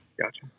gotcha